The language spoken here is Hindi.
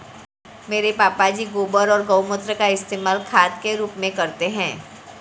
मेरे पापा जी गोबर और गोमूत्र का इस्तेमाल खाद के रूप में करते हैं